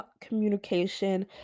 communication